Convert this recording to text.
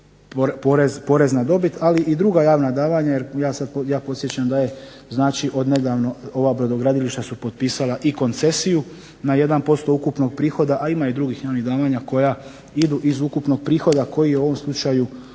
porez na dobit, ali i druga javna davanja jer ja podsjećam da je znači od nedavno ova brodogradilišta su potpisala i koncesiju na 1% ukupnog prihoda, a ima i drugih javnih davanja koja idu iz ukupnog prihoda, koji u ovom slučaju